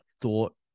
thought